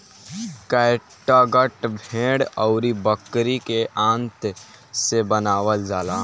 catgut भेड़ अउरी बकरी के आंत से बनावल जाला